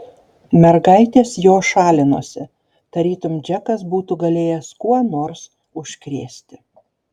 mergaitės jo šalinosi tarytum džekas būtų galėjęs kuo nors užkrėsti